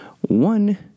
one